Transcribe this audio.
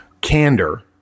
Candor